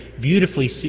beautifully